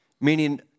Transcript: Meaning